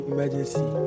Emergency